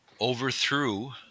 overthrew